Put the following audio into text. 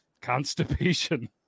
constipation